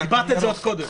דיברת קודם.